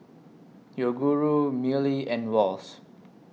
Yoguru Mili and Wall's